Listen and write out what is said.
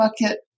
bucket